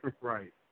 Right